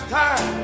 time